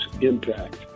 impact